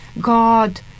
God